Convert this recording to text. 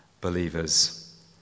believers